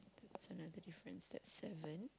so another difference that's seven